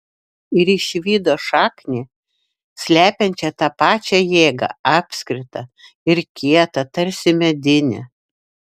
ir išvydo šaknį slepiančią tą pačią jėgą apskritą ir kietą tarsi medinę